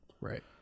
right